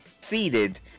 seated